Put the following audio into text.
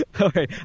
Okay